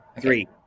three